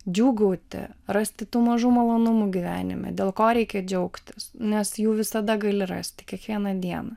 džiūgauti rasti tų mažų malonumų gyvenime dėl ko reikia džiaugtis nes jų visada gali rasti kiekvieną dieną